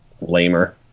lamer